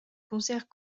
concerts